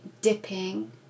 dipping